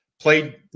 Played